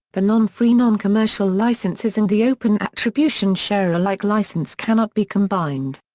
the non-free non-commercial licenses and the open attribution-share-alike license cannot be combined.